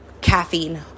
caffeine